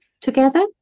together